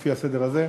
לפי הסדר הזה.